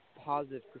positive